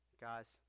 Guys